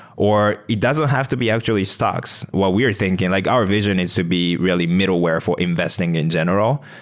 or it doesn't have to be actually stocks. what we are thinking, like our vision is to be really middleware for investing in general.